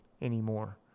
anymore